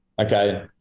Okay